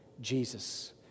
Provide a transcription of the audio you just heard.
Jesus